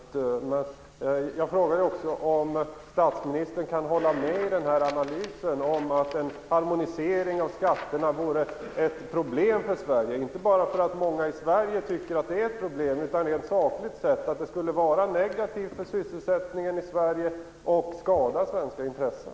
Fru talman! Jag får tacka för svaret. Men jag frågade också om statsministern kan hålla med om analysen att en harmonisering av skatterna vore ett problem för Sverige, inte bara därför att många i Sverige tycker att det är ett problem, utan rent sakligt också därför att det skulle vara negativt för sysselsättningen i Sverige och skada svenska intressen.